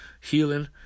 healing